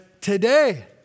today